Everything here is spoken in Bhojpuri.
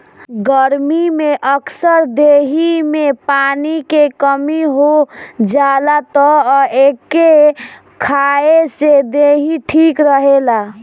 गरमी में अक्सर देहि में पानी के कमी हो जाला तअ एके खाए से देहि ठीक रहेला